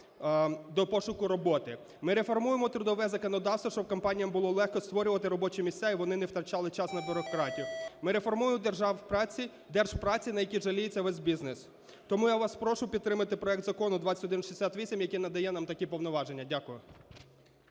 до пошуку роботи. Ми реформуємо трудове законодавство, щоб компаніям було легко створювати робочі місця, і вони не втрачали час на бюрократію. Ми реформуємо Держпраці, на який жаліється весь бізнес. Тому я вас прошу підтримати проект закону 2168, який надає нам такі повноваження. Дякую.